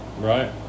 right